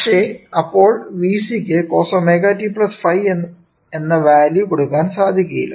പക്ഷേ അപ്പോൾ Vc ക്ക് cos ω ϕ എന്ന വാല്യൂ കൊടുക്കാൻ സാധിക്കില്ല